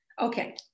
Okay